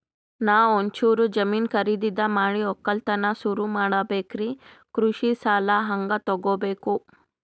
ನಾ ಒಂಚೂರು ಜಮೀನ ಖರೀದಿದ ಮಾಡಿ ಒಕ್ಕಲತನ ಸುರು ಮಾಡ ಬೇಕ್ರಿ, ಕೃಷಿ ಸಾಲ ಹಂಗ ತೊಗೊಬೇಕು?